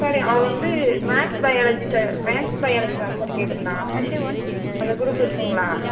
sorry அவ வந்து maths biology sir maths biology தான் சார் கேட்டுருந்தா அந்த குரூப் இருக்குங்களா